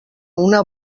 una